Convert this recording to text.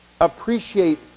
appreciate